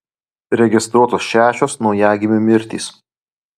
registruotos šešios naujagimių mirtys